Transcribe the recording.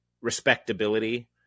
respectability